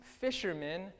fishermen